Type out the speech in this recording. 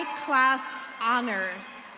ah clas honors.